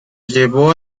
llevó